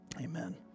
amen